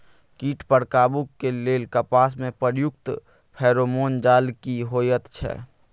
कीट पर काबू के लेल कपास में प्रयुक्त फेरोमोन जाल की होयत छै?